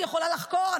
היא יכולה לחקור,